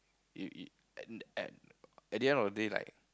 you you at at at the end of the day like